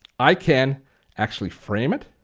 i can actually frame it,